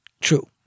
true